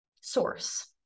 source